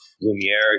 Lumiere